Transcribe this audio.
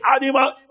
animal